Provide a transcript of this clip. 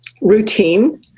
routine